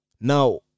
Now